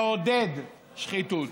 מעודדת שחיתות.